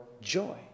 joy